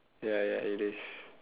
ya ya it is